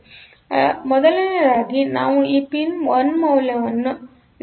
ಆದ್ದರಿಂದ ಮೊದಲನೆಯದಾಗಿ ನಾವು ಈ ಪಿನ್ ಮೌಲ್ಯವನ್ನು 1 ಕ್ಕೆ ಇಡಬೇಕು